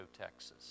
Texas